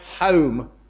home